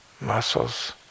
muscles